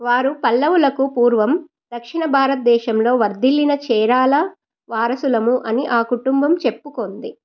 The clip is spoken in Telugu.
వారు పల్లవులకు పూర్వం దక్షిణ భారతదేశంలో వర్ధిల్లిన చేరాల వారసులము అని ఆ కుటుంబం చెప్పుకున్నది